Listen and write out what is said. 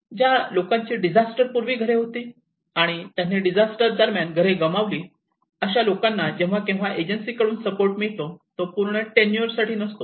ज्या लोकांची डिझास्टर पूर्वी घरे होती आणि त्यांनी डिजास्टर दरम्यान घरे गमावली अशा लोकांना जेव्हा केव्हा एजन्सीकडून सपोर्ट मिळतो तो पूर्ण टेनुरे वर साठी नसतो